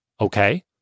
Okay